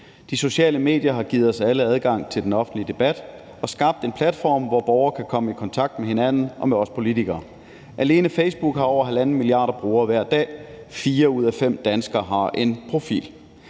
De sociale medier har givet os alle adgang til den offentlige debat og skabt en platform, hvor borgere kan komme i kontakt med hinanden og med os politikere. Alene Facebook har over halvanden milliard brugere hver dag, og fire ud af fem danskere har en profil.